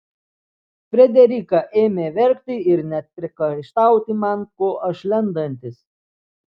frederika ėmė verkti ir net priekaištauti man ko aš lendantis